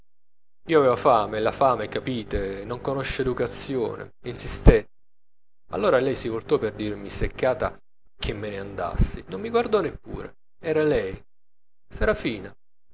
io aveva fame e la fame capite non conosce educazione insistetti allora lei si voltò per dirmi seccata che me ne andassi non mi guardò neppure era lei sarrafina